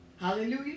Hallelujah